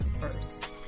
first